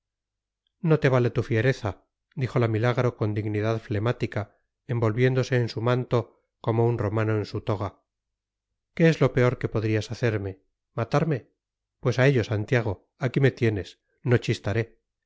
no te vale tu fiereza dijo la milagro con dignidad flemática envolviéndose en su manto como un romano en su toga qué es lo peor que podrías hacerme matarme pues a ello santiago aquí me tienes no chistaré